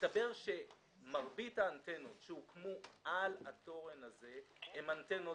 מסתבר שמרבית האנטנות שהוקמו על התורן הזה הן אנטנות